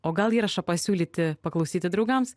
o gal įrašą pasiūlyti paklausyti draugams